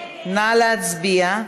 מסעוד גנאים,